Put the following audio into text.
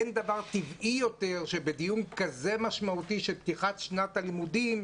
אין דבר טבעי יותר שבדיון כזה משמעותי של פתיחת שנת הלימודים,